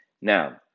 Now